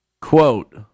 Quote